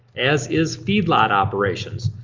as is feedlot operations.